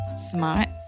Smart